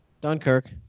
Dunkirk